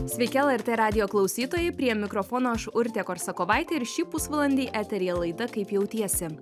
sveiki lrt radijo klausytojai prie mikrofono aš urtė korsakovaitė ir šį pusvalandį eteryje laida kaip jautiesi